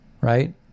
right